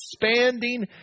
expanding